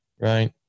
right